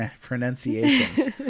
Pronunciations